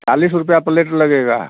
चालीस रुपये प्लेट लगेगा